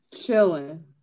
Chilling